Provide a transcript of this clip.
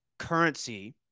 Currency